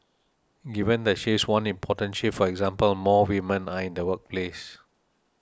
given the shifts one important shift for example more women are in the workforce